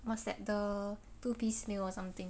what's that the two piece meal or something